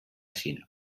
xina